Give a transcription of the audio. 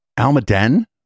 Almaden